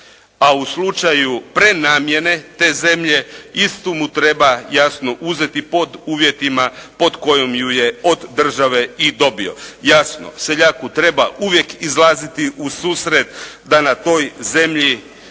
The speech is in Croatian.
a u slučaju prenamjene te zemlje istu mu treba, jasno uzeti pod uvjetima pod kojom ju je od države i dobio. Jasno, seljaku treba uvijek izlaziti u susret da na toj zemlji